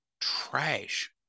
trash